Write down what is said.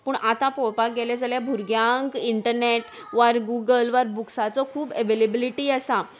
पूण आतां पळोवपाक गेलें जाल्यार भुरग्यांक इंटरनेट वा गुगल वा बुक्साचो खूब एवेलेबिलिटी आसा